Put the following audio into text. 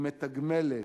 היא מתגמלת,